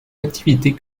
activités